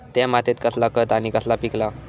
त्या मात्येत कसला खत आणि कसला पीक लाव?